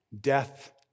Death